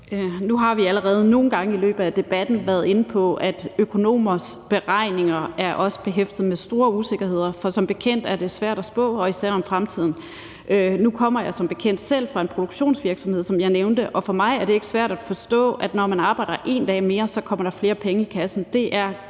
Nu har vi allerede nogle gange i løbet af debatten været inde på, at økonomers beregninger også er behæftet med store usikkerheder, for som bekendt er det svært at spå, og især om fremtiden. Nu kommer jeg som bekendt selv fra en produktionsvirksomhed, som jeg nævnte, og for mig er det ikke svært at forstå, at når man arbejder 1 dag mere, kommer der flere penge i kassen. Det er